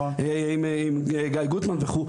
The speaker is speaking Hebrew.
עם גיא גוטמן וכו',